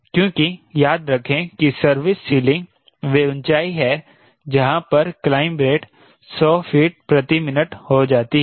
क्योंकि याद रखें कि सर्विस सीलिंग वह ऊंचाई है जहां पर क्लाइंब रेट सौ फीट प्रति मिनट हो जाती है